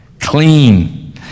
Clean